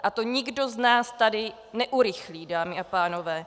A to nikdo z nás tady neurychlí, dámy a pánové.